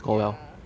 ya